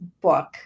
book